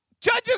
judges